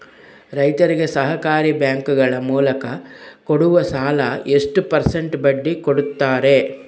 ರೈತರಿಗೆ ಸಹಕಾರಿ ಬ್ಯಾಂಕುಗಳ ಮೂಲಕ ಕೊಡುವ ಸಾಲ ಎಷ್ಟು ಪರ್ಸೆಂಟ್ ಬಡ್ಡಿ ಕೊಡುತ್ತಾರೆ?